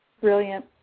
brilliant